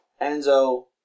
Enzo